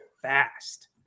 fast